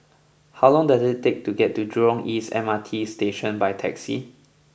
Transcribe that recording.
how long does it take to get to Jurong East M R T Station by taxi